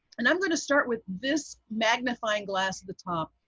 and i'm going to start with this magnifying glass at the top.